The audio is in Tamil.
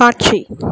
காட்சி